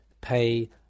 pay